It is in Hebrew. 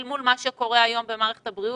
אל מול מה שקורה היום במערכת הבריאות,